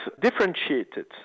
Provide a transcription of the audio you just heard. differentiated